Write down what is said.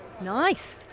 Nice